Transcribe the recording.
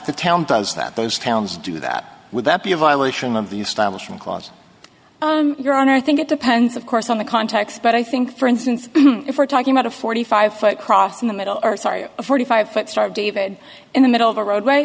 the town does that those towns do that would that be a violation of the establishment clause your honor i think it depends of course on the context but i think for instance if we're talking about a forty five foot cross in the middle of forty five foot start david in the middle of a road